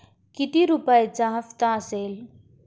किती रुपयांचा हप्ता असेल?